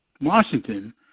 Washington